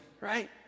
right